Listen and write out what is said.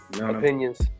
Opinions